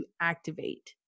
activate